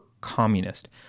communist